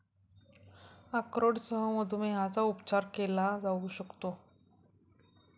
अक्रोडसह मधुमेहाचा उपचार केला जाऊ शकतो